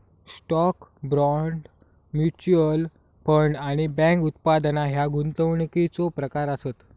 stock, bond, mutual fund आणि bank उत्पादना ह्या गुंतवणुकीचो प्रकार आसत